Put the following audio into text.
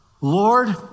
Lord